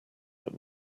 that